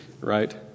right